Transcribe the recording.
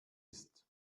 ist